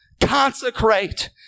Consecrate